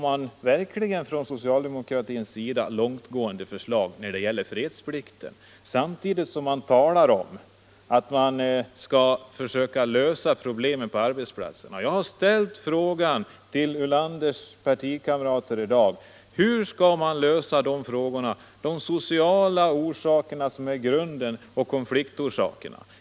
Men socialdemokratin har verkligt långtgående förslag när det gäller fredsplikten — samtidigt som man talar om att försöka lösa problemen på arbetsplatserna. Jag har ställt frågan till herr Ulanders partikamrater i dag: Hur skall man lösa de sociala problem som är grunden till konflikterna?